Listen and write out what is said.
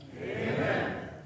Amen